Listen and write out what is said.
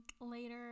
later